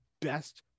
best